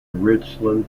richland